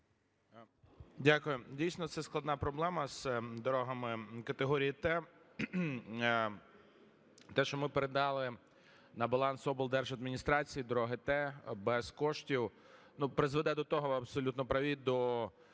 Дякую. Дійсно, це складна проблема з дорогами категорії "Т". Те, що ми передали на баланс облдержадміністрації дороги "Т" без коштів, призведе до того, ви абсолютно праві, до